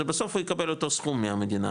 זה בסוף יקבל אותו סכום מהמדינה,